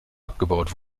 abgebaut